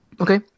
Okay